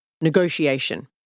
negotiation